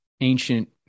ancient